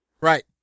Right